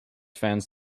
fans